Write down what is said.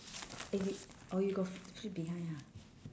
eh you oh you got flip behind ha